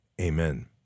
Amen